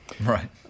Right